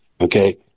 Okay